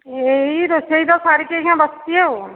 ଏଇ ରୋଷେଇ ତ ସାରିକି ଏଇନା ବସିଛି ଆଉ